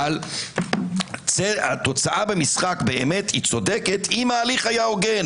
אבל התוצאה במשחק צודקת אם ההליך היה הוגן.